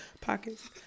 Pockets